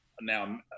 now